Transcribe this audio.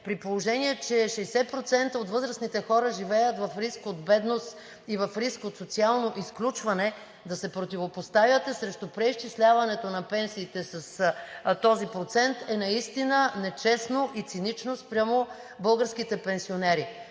при положение че 60% от възрастните хора живеят в риск от бедност и в риск от социално изключване, да се противопоставяте срещу преизчисляването на пенсиите с този процент е наистина нечестно и цинично спрямо българските пенсионери.